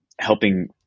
helping